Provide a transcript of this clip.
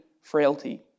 frailty